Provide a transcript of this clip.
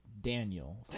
Daniel